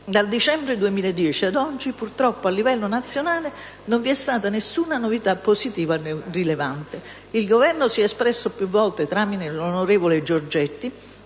dal dicembre 2010 ad oggi, purtroppo a livello nazionale non vi è stata alcuna novità positiva rilevante. Il Governo si è espresso più volte tramite il sottosegretario